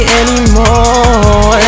anymore